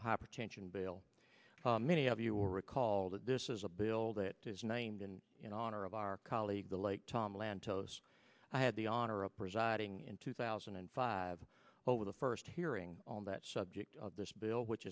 hypertension bail many of you will recall that this is a build it is named in honor of our colleague the late tom lantos i had the honor of presiding in two thousand and five over the first hearing on that subject of this bill which